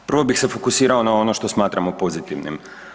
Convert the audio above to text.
Prvo bih se fokusirao na ono što smatramo pozitivnim.